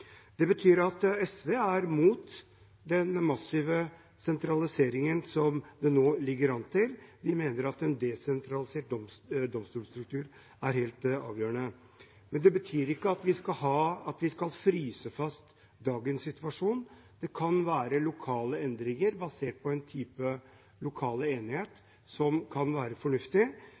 Det betyr at SV er imot den massive sentraliseringen som det nå ligger an til. Vi mener at en desentralisert domstolstruktur er helt avgjørende. Det betyr ikke at vi skal fryse dagens situasjon; lokale endringer basert på en type lokal enighet kan være fornuftig.